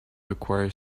acquire